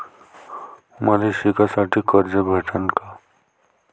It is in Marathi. मले शिकासाठी कर्ज भेटन का?